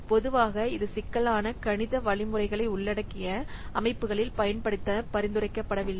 பொதுவாக இது சிக்கலான கணித வழிமுறைகளை உள்ளடக்கிய அமைப்புகளில் பயன்படுத்த பரிந்துரைக்கப்படவில்லை